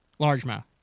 Largemouth